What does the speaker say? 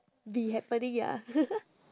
be happening ya